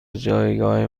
جایگاه